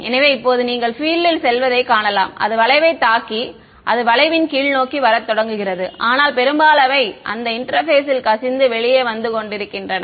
எனவே இப்போது நீங்கள் பீல்ட் செல்வதை காணலாம் அது வளைவைத் தாக்கி அது வளைவின் கீழ்நோக்கி வரத் தொடங்குகிறது ஆனால் பெரும்பாலானவை அந்த இன்டெர்பெஸில் கசிந்து வெளியே வந்து கொண்டிருக்கின்றன